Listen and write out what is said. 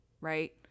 right